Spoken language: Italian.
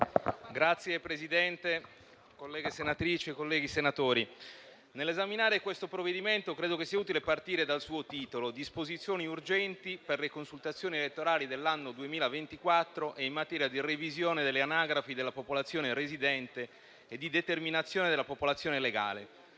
Signor Presidente, colleghe senatrici, colleghi senatori, nell'esaminare questo provvedimento credo che sia utile partire dal suo titolo: «Disposizioni urgenti per le consultazioni elettorali dell'anno 2024 e in materia di revisione delle anagrafi della popolazione residente e di determinazione della popolazione legale».